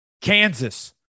Kansas